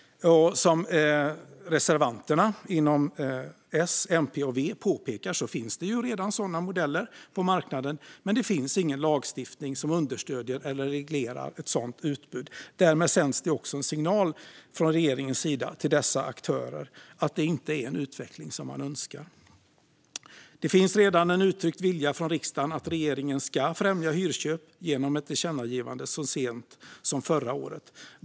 Som reservanterna inom S, MP och V påpekar finns det redan sådana modeller på marknaden. Men det finns ingen lagstiftning som understöder eller reglerar ett sådant utbud. Därmed sänds det också en signal från regeringens sida till dessa aktörer att det inte är en utveckling man önskar. Det fanns redan en uttryckt vilja från riksdagen att regeringen ska främja hyrköp, genom ett tillkännagivande som riktades så sent som förra året.